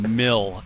mill